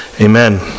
Amen